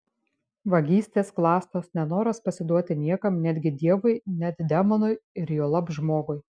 vagystės klastos nenoras pasiduoti niekam netgi dievui net demonui ir juolab žmogui